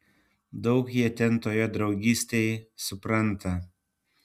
daug jie ten toje draugystėj supranta